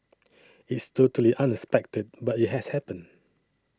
it's totally unexpected but it has happened